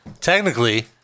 Technically